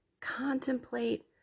Contemplate